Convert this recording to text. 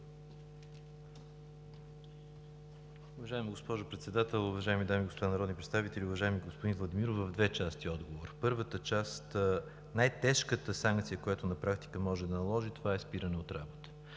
Уважаема госпожо Председател, уважаеми дами и господа народни представители! Уважаеми господин Владимиров, в две части е отговорът ми. Първата част – най-тежката санкция, която на практика може да се наложи, това е спиране от работа.